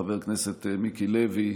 חבר הכנסת מיקי לוי.